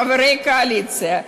חברי הקואליציה,